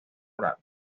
oral